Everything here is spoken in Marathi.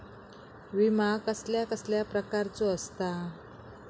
विमा कसल्या कसल्या प्रकारचो असता?